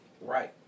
Right